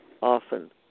often